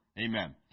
Amen